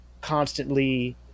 constantly